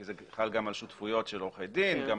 כי זה חל גם על שותפויות של עורכי דין ועל